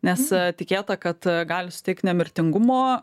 nes tikėta kad gali suteikti nemirtingumo